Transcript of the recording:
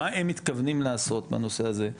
מה הם מתכוונים לעשות בנושא הזה?